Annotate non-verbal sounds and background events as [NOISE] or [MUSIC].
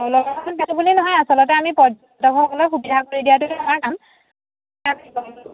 [UNINTELLIGIBLE] নহয় আচলতে আমি পৰ্যটকসকলক সুবিধা কৰি দিয়াটোৱে আমাৰ কাম [UNINTELLIGIBLE]